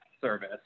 service